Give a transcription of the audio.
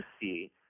see